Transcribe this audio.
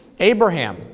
Abraham